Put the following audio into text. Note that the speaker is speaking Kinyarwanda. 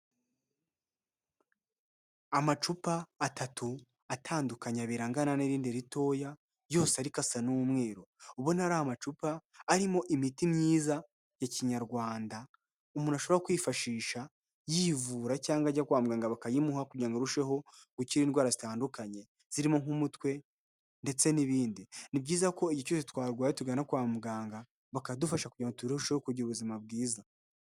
Amacupa atatu atandukanye abiri angana n' irindi ritoya yose ariko asa n'umweru. Urubona ko ari amacupa arimo imiti myiza ya kinyarwanda, umuntu ashobora kwifashisha yivura cyangwa ajya kwa muganga, bakayimuha kugirango arushe ho gukira indwara zitandukanye, zirimo nk'umutwe ndetse n'ibindi. Ni byiza ko igihe cyose twarwaye, tugana kwa muganga bakadufasha kugira turushaho kugira ubuzima bwiza.